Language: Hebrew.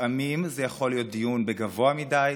לפעמים זה יכול להיות דיון בגבוה מדי,